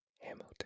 Hamilton